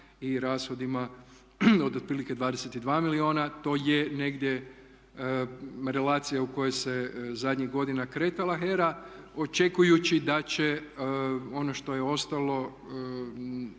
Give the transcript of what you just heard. i rashodima od otprilike 22 milijuna. To je negdje relacija u kojoj se zadnjih godina kretala HERA očekujući da će ono što je ostalo